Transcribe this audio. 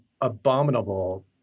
abominable